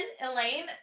Elaine